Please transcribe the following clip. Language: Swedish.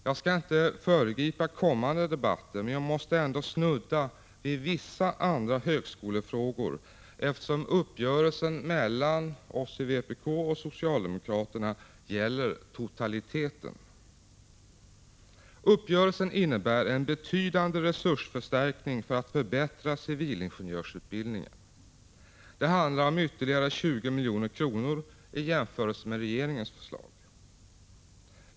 Jag skall inte föregripa kommande debatter, men jag måste ändå snudda vid vissa andra högskolefrågor, eftersom uppgörelsen mellan oss i vpk och socialdemokraterna gäller totaliteten. Uppgörelsen innebär en betydande resursförstärkning för förbättring av civilingenjörsutbildningen. Det handlar om ytterligare 20 milj.kr. i jämförelse med regeringens förslag.